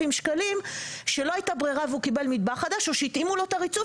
שקלים שלא הייתה ברירה והוא קיבל מטבח חדש או שהתאימו לו את הריצוף